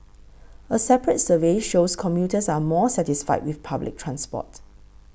a separate survey shows commuters are more satisfied with public transport